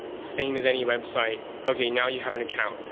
same as any website. okay, now you have an account.